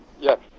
Yes